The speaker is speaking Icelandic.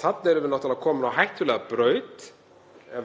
Þarna erum við náttúrlega komin á hættulega braut,